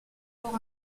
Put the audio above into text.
port